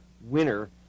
winner